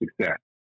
success